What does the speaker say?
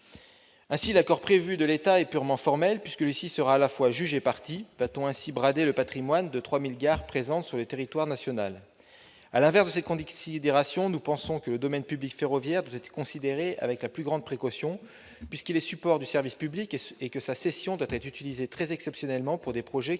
Ainsi, l'accord de l'État, qui est prévu, est purement formel, puisque celui-ci sera à la fois juge et partie. Va-t-on brader le patrimoine des 3 000 gares présentes sur le territoire national ? À l'inverse, nous pensons que le domaine public ferroviaire doit être considéré avec la plus grande précaution, puisqu'il est support du service public, et que sa cession doit être utilisée très exceptionnellement pour des projets qui répondent eux-mêmes